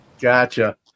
Gotcha